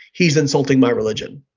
he's insulting my religion,